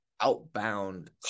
outbound